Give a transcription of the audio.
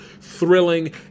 thrilling